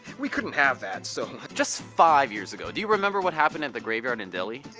we couldn't have that so. just five years ago, do you remember what happened at the graveyard in dili?